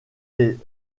des